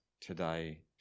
today